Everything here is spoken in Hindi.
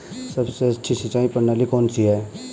सबसे अच्छी सिंचाई प्रणाली कौन सी है?